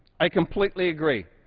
i completely agree.